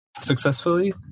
successfully